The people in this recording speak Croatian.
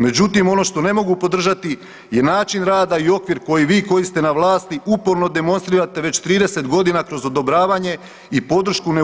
Međutim, ono što ne mogu podržati je način rada i okvir koji vi koji ste na vlasti uporno demonstrirate već 30 godina kroz odobravanje i podršku